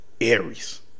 Aries